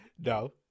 No